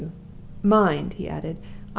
mind! he added,